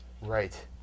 Right